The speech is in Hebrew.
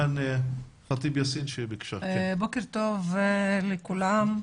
בוקר טוב לכולם.